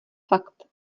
fakt